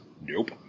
nope